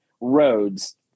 roads